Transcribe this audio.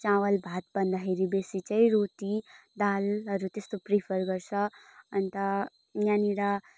चावल भात भन्दाखेरि बेसी चाहिँ रोटी दालहरू त्यस्तो प्रिफर गर्छ अन्त यहाँनिर